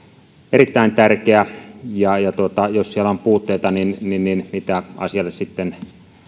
erittäin tärkeä jos siellä on puutteita niin niin mitä asialle sitten